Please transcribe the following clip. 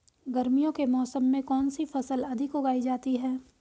गर्मियों के मौसम में कौन सी फसल अधिक उगाई जाती है?